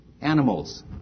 animals